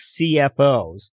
CFOs